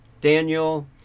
Daniel